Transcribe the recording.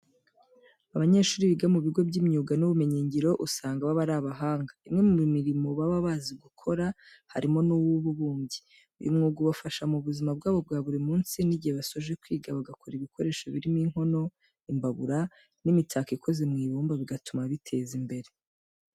Abanyeshuri biga mu bigo by'imyuga n'ubumenyingiro usanga baba ari abahanga. Imwe mu mirimo baba bazi gukora harimo n'uw'ububumbyi. Uyu mwuga ubafasha mu buzima bwabo bwa buri munsi n'igihe basoje kwiga bagakora ibikoresho birimo inkono, imbabura n'imitako ikoze mu ibumba bigatuma biteza imbere.